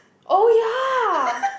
oh ya